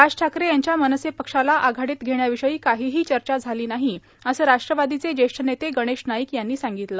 राज ठाकरे यांच्या मनसे पक्षाला आघाडीत घेण्याविषयी काहीही चर्चा झाली नाही असं राष्ट्रवादीचे ज्येष्ठ नेते गणेश नाईक यांनी सांगितलं